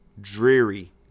Dreary